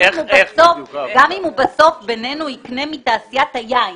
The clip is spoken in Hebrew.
גם אם הוא בסוף יקנה מתעשיית היין,